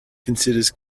considers